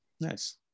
nice